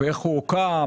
איך הוא הוקם,